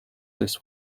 this